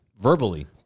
Verbally